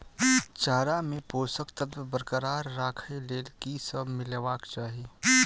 चारा मे पोसक तत्व बरकरार राखै लेल की सब मिलेबाक चाहि?